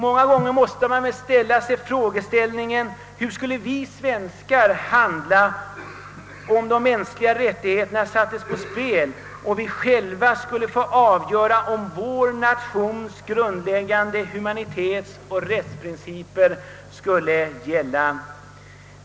Många gånger måste man väl ställa sig frågan: Hur skulle vi svenskar handla om de mänskliga rättigheterna sattes ur spel och vi själva skulle få avgöra om vår nations grundläggande humanitetsoch rättsprinciper skall gälla?